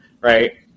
right